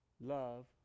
Love